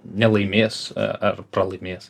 nelaimės ar pralaimės